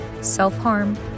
self-harm